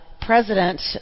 President